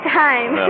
time